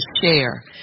share